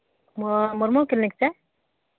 ᱱᱚᱣᱟ ᱢᱩᱨᱢᱩ ᱠᱞᱤᱱᱤᱠ ᱥᱮ